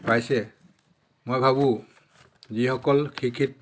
পাইছে মই ভাবোঁ যিসকল শিক্ষিত